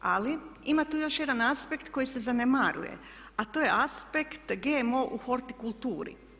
Ali ima tu još jedan aspekt koji se zanemaruje, a to je aspekt GMO u hortikulturi.